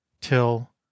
till